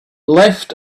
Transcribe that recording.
left